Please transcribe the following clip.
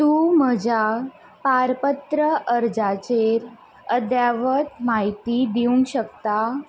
तूं म्हज्या पारपत्र अर्जाचेर अद्यावत म्हायती दिवंक शकता